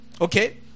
okay